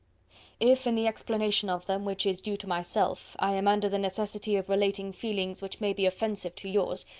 if, in the explanation of them, which is due to myself, i am under the necessity of relating feelings which may be offensive to yours,